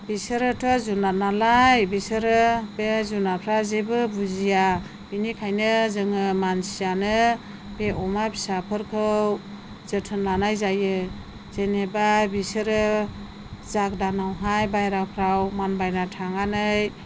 बिसोरोथ' जुनार नालाय बिसोरो बे जुनारफ्रा जेबो बुजिया बेनिखायनो जोङो मानसियानो बे अमा फिसाफोरखौ जोथोन लानाय जायो जेनेबा बिसोरो जागोदानावहाय बायह्राफ्राव मानबायना थांनानै